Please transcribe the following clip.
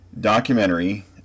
documentary